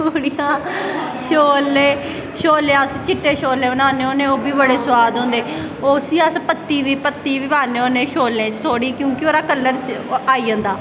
पूड़ियां छोल्ले छोल्ले अस चिट्टे छोल्ले बनान्ने होन्ने ओह् बी बड़े सोआद होंदे उसी अस पत्ती बी पान्ने होन्ने छोल्लें च थोह्ड़ा क्योंकि ओह्दा कल्लर आई जंदा